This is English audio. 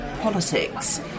politics